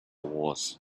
wars